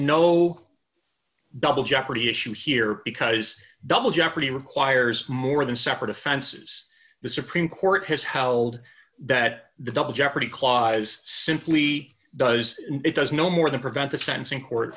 no double jeopardy issue here because double jeopardy requires more than separate offenses the supreme court has how old that the double jeopardy clause simply does it does no more than prevent defense in court